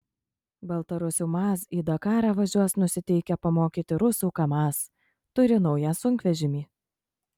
baltarusių maz į dakarą važiuos nusiteikę pamokyti rusų kamaz turi naują sunkvežimį